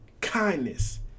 kindness